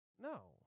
No